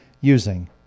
using